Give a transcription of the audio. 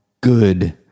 good